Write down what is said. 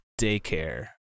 daycare